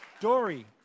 Dory